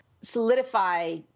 solidify